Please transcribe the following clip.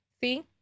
See